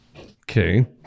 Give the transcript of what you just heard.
Okay